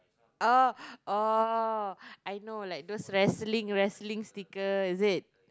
oh oh I know like those wrestling wrestling sticker is it